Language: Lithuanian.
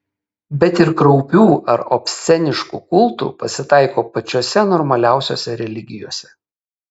bet ir kraupių ar obsceniškų kultų pasitaiko pačiose normaliausiose religijose